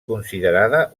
considerada